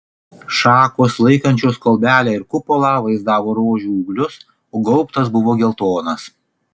šakos laikančios kolbelę ir kupolą vaizdavo rožių ūglius o gaubtas buvo geltonas